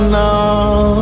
now